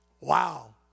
Wow